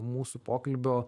mūsų pokalbio